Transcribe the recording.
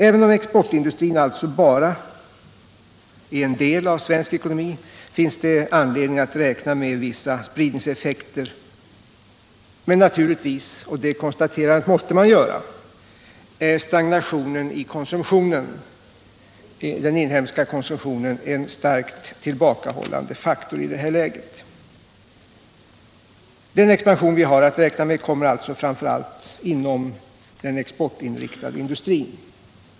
Även om exportindustrin alltså bara är en del av svensk ekonomi finns det anledning att räkna med vissa spridningseffekter, men naturligtvis — och det konstaterandet måste man göra —är stagnationen i den inhemska konsumtionen en starkt tillbakahållande faktor i det här läget. Den expansion vi har att räkna med kommer alltså framför allt inom den exportinriktade industrin.